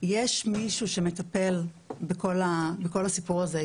יש מישהו שמטפל בכל הסיפור הזה,